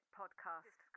podcast